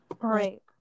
Right